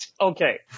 Okay